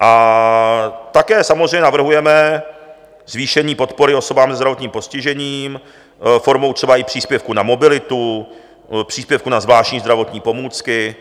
A také samozřejmě navrhujeme zvýšení podpory osobám se zdravotním postižením, formou třeba i příspěvku na mobilitu, příspěvku na zvláštní zdravotní pomůcky